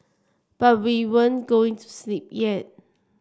but we weren't going to sleep yet